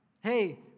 Hey